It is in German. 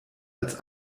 als